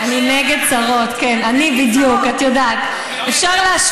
אני נגד שרות, כן, אני בדיוק, את יודעת.